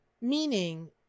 meaning